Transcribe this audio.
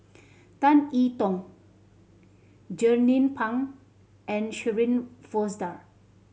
Tan I Tong Jernnine Pang and Shirin Fozdar